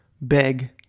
beg